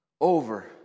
Over